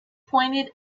pointed